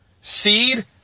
SEED